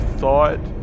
thought